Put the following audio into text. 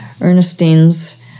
Ernestine's